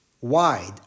wide